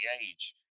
age